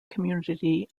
community